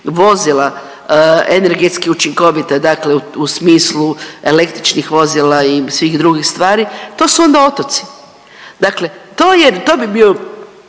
vozila energetski učinkovita dakle u smislu električnih vozila i svih drugih stvari, to su onda otoci. Dakle, to je, to